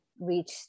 reach